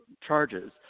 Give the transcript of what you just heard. charges